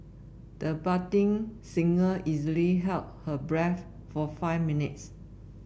the budding singer easily held her breath for five minutes